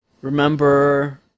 Remember